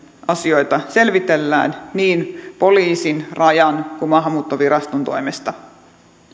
asioita selvitellään niin poliisin rajan kuin maahanmuuttoviraston toimesta